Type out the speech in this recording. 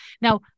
now